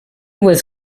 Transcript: was